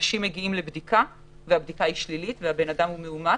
אנשים מגיעים לבדיקה אבל מקבלים תשובה שלילית למרות שהבן אדם מאומת,